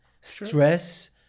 stress